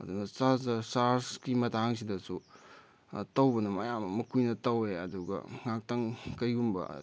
ꯑꯗꯨꯅ ꯆꯥꯔꯖꯔ ꯆꯥꯔꯖꯀꯤ ꯃꯇꯥꯡꯁꯤꯗꯁꯨ ꯇꯧꯕꯅ ꯃꯌꯥꯝ ꯑꯃ ꯀꯨꯏꯅ ꯇꯧꯋꯦ ꯑꯗꯨꯒ ꯉꯥꯛꯇꯪ ꯀꯔꯤꯒꯨꯝꯕ